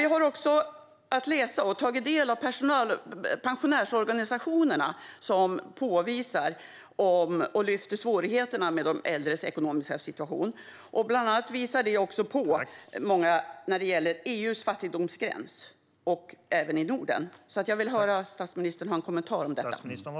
Vi har tagit del av det som pensionärsorganisationerna påvisar och lyfter fram när det gäller svårigheterna med de äldres ekonomiska situation. Bland annat ligger många under EU:s fattigdomsgräns, och antalet som gör det är störst i Norden. Jag vill höra om statsministern har en kommentar om detta.